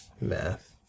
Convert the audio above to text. Math